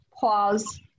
pause